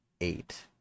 eight